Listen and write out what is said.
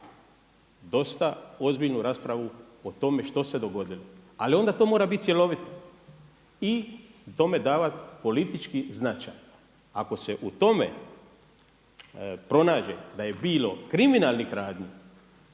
dosta ozbiljnu raspravu o tome što se dogodilo. Ali onda to mora biti cjelovito i tome davati politički značaj. Ako se u tome pronađe da je bilo kriminalnih radnji,